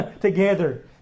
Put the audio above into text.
together